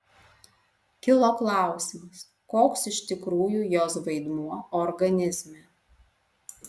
kilo klausimas koks iš tikrųjų jos vaidmuo organizme